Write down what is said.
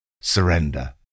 surrender